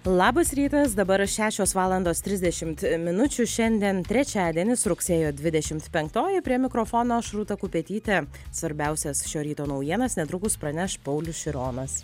labas rytas dabar šešios valandos trisdešimt minučių šiandien trečiadienis rugsėjo dvidešimt penktoji prie mikrofono aš rūta kupetytė svarbiausias šio ryto naujienas netrukus praneš paulius šironas